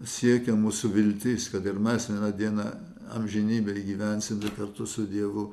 siekia mūsų viltis kad ir mes vieną dieną amžinybėj gyvensim kartu su dievu